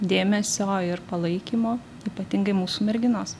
dėmesio ir palaikymo ypatingai mūsų merginos